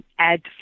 add